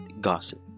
gossip